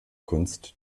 kunst